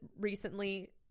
recently